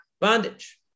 bondage